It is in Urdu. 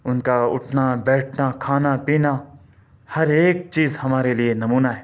اُن کا اٹھنا بیٹھنا کھانا پینا ہر ایک چیز ہمارے لیے نمونہ ہے